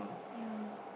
yeah